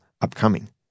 upcoming